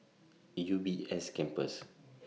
E U B S Campus